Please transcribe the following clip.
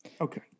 Okay